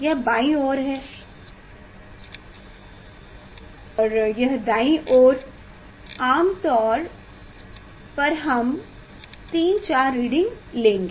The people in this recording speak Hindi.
यह बाईं ओर है और यह दाई ओर आम तौर पर हम दो तीन चार रीडिंग लेंगे